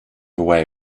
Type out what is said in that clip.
away